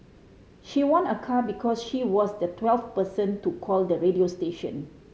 she won a car because she was the twelfth person to call the radio station